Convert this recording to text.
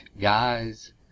guys